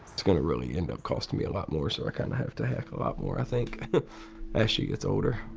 it's gonna really end up costing me a lot more, so i kinda have to hack a lot more i think as she gets older.